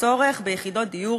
צורך ביחידות דיור